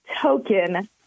token